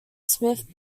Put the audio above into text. smith